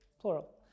plural